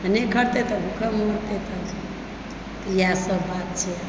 तऽ नहि खटतै तऽ भूखे मरतै तब इएह सब बात छै